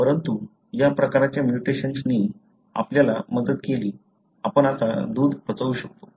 परंतु या प्रकारच्या म्युटेशन्सनी आपल्याला मदत केली आपण आता दूध पचवू शकतो